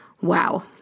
wow